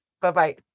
Bye-bye